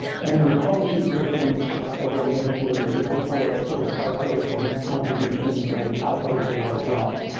and then the publishing system again, notionally, would support sort of crowdsourcing contributions and output of data as well.